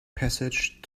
passage